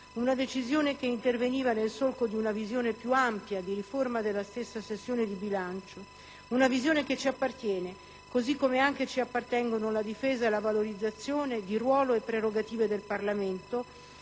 una decisione che interveniva nel solco di una visione più ampia di riforma della stessa sessione di bilancio, una visione che ci appartiene, così come anche ci appartengono la difesa e la valorizzazione di ruolo e prerogative del Parlamento,